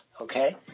okay